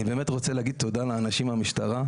אני באמת רוצה להגיד תודה לאנשים במשטרה,